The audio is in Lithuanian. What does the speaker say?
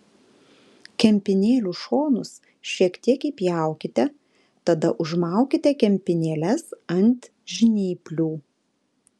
kempinėlių šonus šiek tiek įpjaukite tada užmaukite kempinėles ant žnyplių